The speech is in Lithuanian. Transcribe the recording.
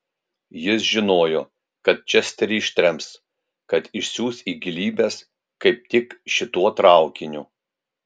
jis žinojo kad česterį ištrems kad išsiųs į gilybes kaip tik šituo traukiniu